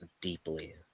deeply